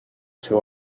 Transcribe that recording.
seu